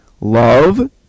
Love